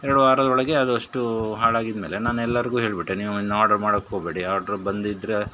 ಎರಡು ವಾರದೊಳಗೆ ಅದು ಅಷ್ಟು ಹಾಳಾಗಿದ್ದ ಮೇಲೆ ನಾನು ಎಲ್ಲರಿಗೂ ಹೇಳಿಬಿಟ್ಟೆ ನೀವು ಇನ್ನು ಆರ್ಡ್ರು ಮಾಡಕ್ಕೆ ಹೋಗಬೇಡಿ ಆರ್ಡ್ರು ಬಂದಿದ್ದರೆ